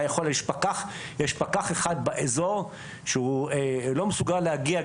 יש פקח אחד באזור שהוא לא מסוגל להגיע.